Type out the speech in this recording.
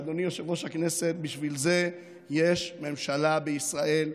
ואדוני יושב-ראש הכנסת, בשביל זה יש ממשלה בישראל,